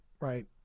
Right